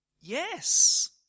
Yes